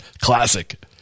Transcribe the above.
Classic